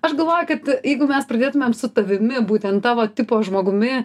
aš galvoju kad jeigu mes pradėtumėm su tavimi būtent tavo tipo žmogumi